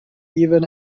even